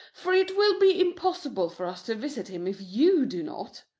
for it will be impossible for us to visit him if you do not.